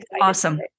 awesome